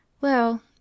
Well